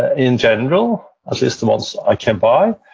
ah in general, just the ones i can buy,